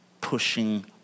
pushing